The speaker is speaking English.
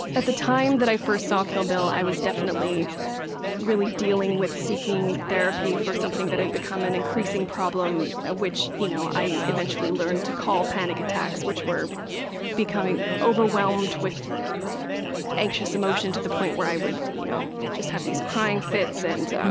at the time that i first saw kill bill, i was definitely really dealing with seeking therapy for something that had become an increasing problem, ah which you know i eventually learned to call panic attacks, which were becoming overwhelmed with anxious emotion to the point where i would you know have these crying fits and